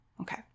Okay